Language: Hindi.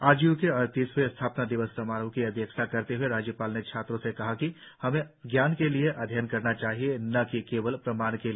आरजीयू के अड़तीसवें स्थापना दिवस समारोह की अध्यक्षता करते हए राज्यपाल ने छात्रों से कहा कि हमे जान के लिए अध्ययन करने चाहिए न कि केवल प्रमाणन के लिए